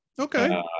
Okay